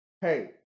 hey